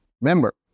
Remember